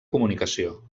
comunicació